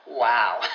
wow